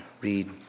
read